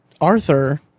Arthur